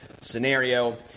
scenario